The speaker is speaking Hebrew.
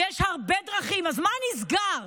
ויש הרבה דרכים, אז מה נסגר?